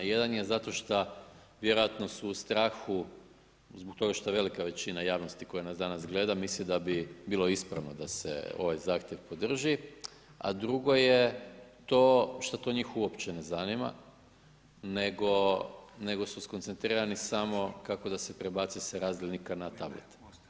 Jedan je zato šta vjerojatno su u strahu zbog toga šta velika većina javnosti koja nas danas gleda misli da bi bilo ispravno da se ovaj zahtjev podrži a drugo je to što to njih uopće ne zanima nego su skoncentriranu samo kako da se prebaci sa razdjelnika na tablet.